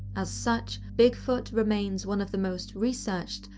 as such, bigfoot remains one of the most researched,